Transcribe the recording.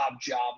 job